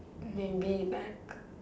maybe bag